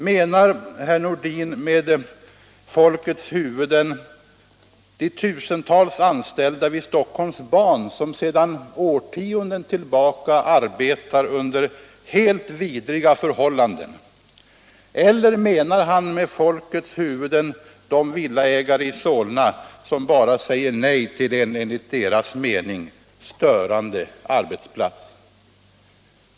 Menar herr Nordin med ”folkets huvuden” de tusentals anställda vid Stockholm Ban som sedan årtionden tillbaka arbetar under helt vidriga förhållanden, eller menar han med ”folkets huvuden” de villaägare i Solna som bara säger nej till en enligt deras mening störande arbetsplats?